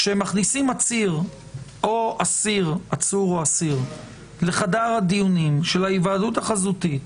כשמכניסים עצור או אסיר לחדר הדיונים של ההיוועדות החזותית,